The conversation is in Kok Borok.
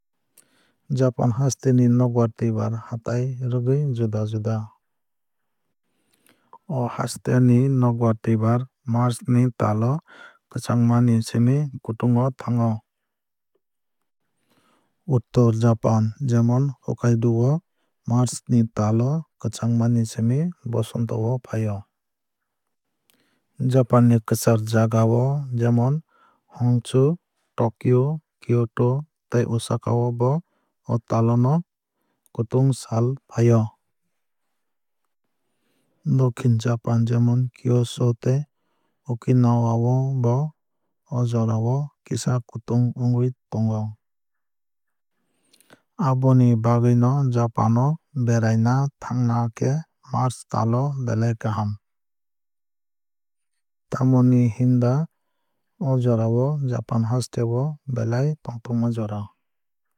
Japan haste ni nokbar twuibar hatai rwgwui juda juda. O haste ni nokbar twuibar march ni tal o kwchangma ni simi kutung o thango. Uttor japan jemon hokkaido o march ni tal o kwchangma ni simi bosonto o fai o. Japan ni kwchar jaga o jemon honshu tokyo kyoto tei osaka o bo o tal o no kutung sal o fai o. Dokhin japan jemon kyushu tei okinawa o bo o jora o kisa kutung wngwui tongo. Aboni bagwui no japan no beraina thangna khe march tal o belai kaham. Tamoni hinba o jora o japan hasteo belai tongthokma jora.